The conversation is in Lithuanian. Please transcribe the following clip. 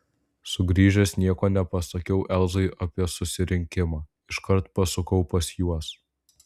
sugrįžęs nieko nepasakiau elzai apie susirinkimą iškart pasukau pas juos